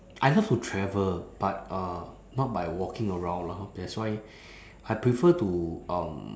I love to travel but uh not by walking around lah that's why I prefer to um